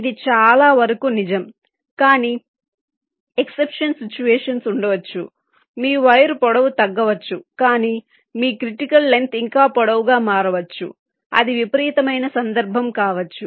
ఇది చాలా వరకు నిజం కానీ ఎక్సెప్షన్ సిట్యుయేషన్స్ ఉండవచ్చు మీ వైర్ పొడవు తగ్గవచ్చు కానీ మీ క్రిటికల్ లెంగ్త్ ఇంకా పొడవుగా మారవచ్చు అది విపరీతమైన సందర్భం కావచ్చు